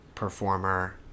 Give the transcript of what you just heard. performer